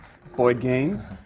boyd gaines,